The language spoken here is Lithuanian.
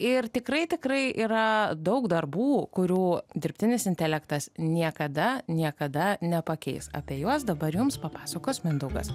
ir tikrai tikrai yra daug darbų kurių dirbtinis intelektas niekada niekada nepakeis apie juos dabar jums papasakos mindaugas